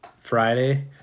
Friday